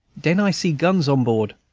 den i see guns on board,